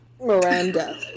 Miranda